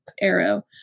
Arrow